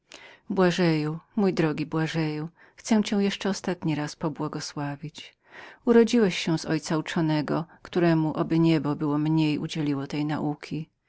błażeju mój drogi błażeju chcę cię jeszcze ostatni raz pobłogosławić urodziłeś się z ojca uczonego któremu oby niebo było mniej udzieliło tej nauki